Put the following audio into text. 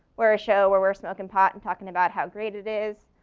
we're a show where we're smoking pot and talking about how great it is.